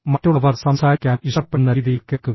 മറ്റുള്ളവർ സംസാരിക്കാൻ ഇഷ്ടപ്പെടുന്ന രീതിയിൽ കേൾക്കുക